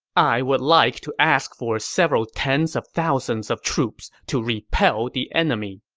i would like to ask for several tens of thousands of troops to repel the enemy.